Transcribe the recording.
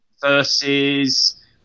versus